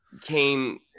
came